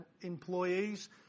employees